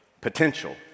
potential